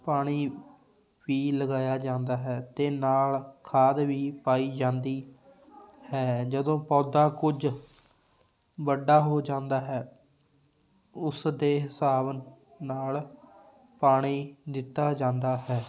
ਪਾਣੀ ਵੀ ਲਗਾਇਆ ਜਾਂਦਾ ਹੈ ਅਤੇ ਨਾਲ ਖਾਦ ਵੀ ਪਾਈ ਜਾਂਦੀ ਹੈ ਜਦੋਂ ਪੌਦਾ ਕੁਝ ਵੱਡਾ ਹੋ ਜਾਂਦਾ ਹੈ ਉਸ ਦੇ ਹਿਸਾਬ ਨਾਲ ਪਾਣੀ ਦਿੱਤਾ ਜਾਂਦਾ ਹੈ